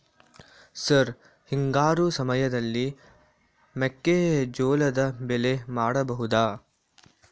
Sir ಹಿಂಗಾರು ಸಮಯದಲ್ಲಿ ಮೆಕ್ಕೆಜೋಳದ ಬೆಳೆ ಮಾಡಬಹುದಾ?